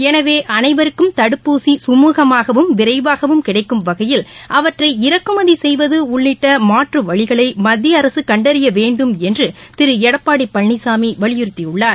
எனவே அனைவருக்கும் தடுப்பூசி கமுகமாகவும் விரைவாகவும் கிடைக்கும் வகையில் அவற்றை இறக்குமதி செய்வது உள்ளிட்ட மாற்று வழிகளை மத்திய அரசு கண்டறிய வேண்டும் என்று திரு எடப்பாடி பழனிசாமி வலியுறத்தியுள்ளார்